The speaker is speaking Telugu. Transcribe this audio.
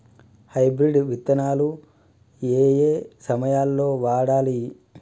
హైబ్రిడ్ విత్తనాలు ఏయే సమయాల్లో వాడాలి?